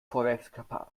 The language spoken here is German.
feuerwerkskörper